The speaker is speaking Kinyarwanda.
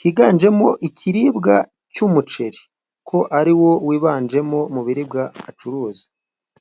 higanjemo ikiribwa cy'umuceri ko ari wo wiganjemo mu biribwa acuruza.